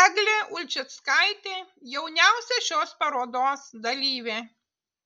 eglė ulčickaitė jauniausia šios parodos dalyvė